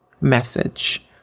message